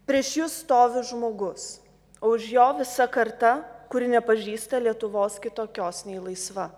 prieš jus stovi žmogus už jo visa karta kuri nepažįsta lietuvos kitokios nei laisva